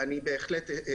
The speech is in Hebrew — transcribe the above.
אני אשמח.